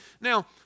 Now